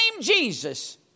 Jesus